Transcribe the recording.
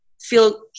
feel